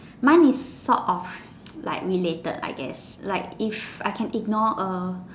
mine is sort of like related I guess like if I can ignore A